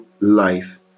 life